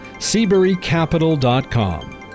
seaburycapital.com